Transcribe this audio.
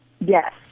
Yes